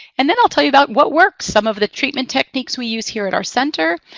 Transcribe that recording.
and then i'll tell you about what works, some of the treatment techniques we use here at our center,